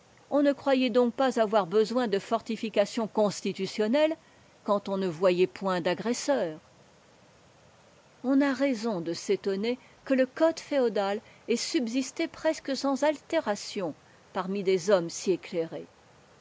on ne croyait donc pas avoir besoin de fortifications constitutionnelles quand on ne voyait point d'agresseurs on a raison de s'étonner que le code féodal ait subsisté presque sans altération parmi des hommes si éclairés